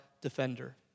defender